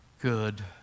good